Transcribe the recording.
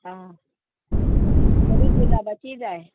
आ थोडी गुलाबाची जाय